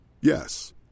Yes